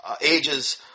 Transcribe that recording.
ages